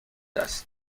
است